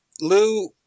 Lou